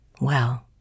Well